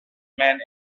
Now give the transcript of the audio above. man